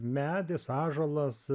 medis ąžuolas